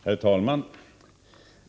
Herr talman!